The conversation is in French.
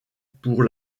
pour